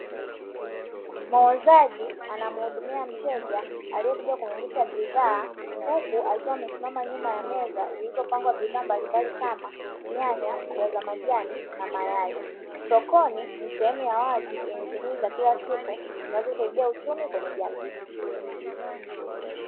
Muuzaji anamhudumia mteja aliyekuja kumuungisha bidhaa, huku akiwa amesimama nyuma ya meza zilizopangwa bidhaa mbalimbali kama; nyanya, mboga za majani na mayai. Sokoni ni sehemu ya wazi yenye shughuli za kila siku, zinazosaidia uchumi kwenye jamii.